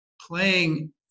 playing